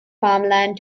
farmland